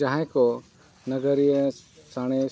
ᱡᱟᱦᱟᱭ ᱠᱚ ᱱᱟᱹᱜᱟᱹᱨᱤᱭᱟᱹ ᱥᱟᱬᱮᱥ